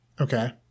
Okay